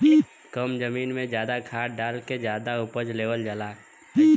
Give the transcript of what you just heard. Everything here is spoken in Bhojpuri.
कम जमीन में जादा खाद डाल के जादा उपज लेवल जाला